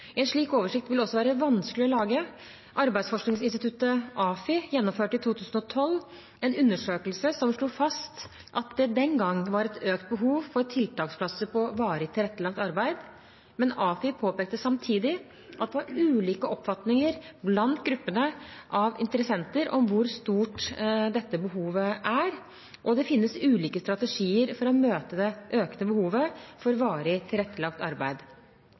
En slik oversikt vil også være vanskelig å lage. Arbeidsforskningsinstituttet, AFI, gjennomførte i 2012 en undersøkelse som slo fast at det den gang var et økt behov for tiltaksplasser på varig tilrettelagt arbeid. Men AFI påpekte samtidig at det var ulike oppfatninger blant gruppene av interessenter om hvor stort dette behovet er, og det finnes ulike strategier for å møte det økende behovet for varig tilrettelagt arbeid.